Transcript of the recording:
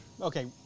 Okay